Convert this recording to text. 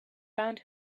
found